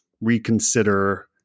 reconsider